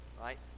right